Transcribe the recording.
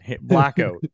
Blackout